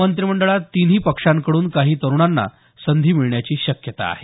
मंत्रिमंडळात तिन्ही पक्षांकडून काही तरूणांना संधी मिळण्याची शक्यता आहे